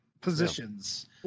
positions